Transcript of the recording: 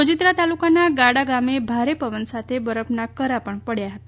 સોજિત્રા તાલુકાના ગાડા ગામે ભારે પવન સાથે બરફના કરા પડયા હતા